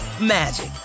magic